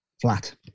flat